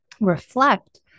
reflect